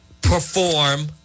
perform